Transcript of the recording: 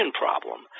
problem